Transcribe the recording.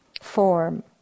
form